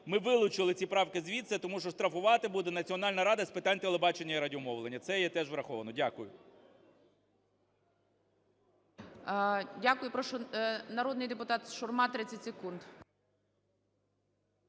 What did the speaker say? ми вилучили ці правки звідси, тому що штрафувати буде Національна рада з питань телебачення і радіомовлення. Це є теж враховано. Дякую. ГОЛОВУЮЧИЙ.Дякую. Прошу, народний депутат Шурма, 30 секунд.